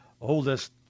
oldest